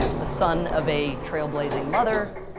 the son of a trailblazing mother,